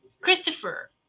Christopher